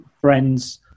friends